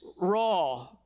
raw